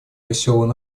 веселый